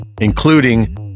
including